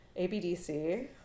ABDC